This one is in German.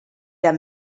der